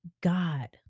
God